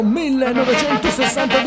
1962